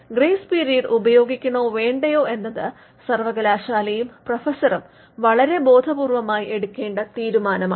grace period ഉപയോഗിക്കണോ വേണ്ടയോ എന്നത് സർവ്വകലാശാലയും പ്രൊഫസറും വളരെ ബോധപൂർവമായ എടുക്കേണ്ട തീരുമാനമാണ്